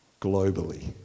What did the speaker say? globally